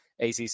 ACC